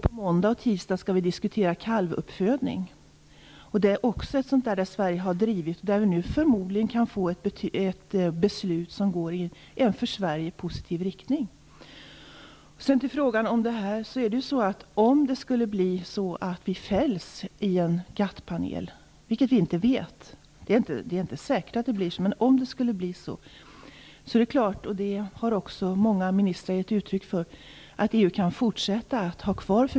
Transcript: På måndag och tisdag skall vi diskutera kalvuppfödning. Det är också en fråga som Sverige har drivit. Vi kan nu förmodligen få ett beslut som går i en för Sverige positiv riktning. Om det skulle bli så att vi fälls i en GATT-panel - det är inte säkert att det blir så - är det klart att EU kan ha kvar förbudet, men då får man ge USA någonting annat i stället.